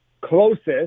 closest